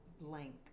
blank